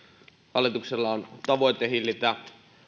hallituksella on tavoite hillitä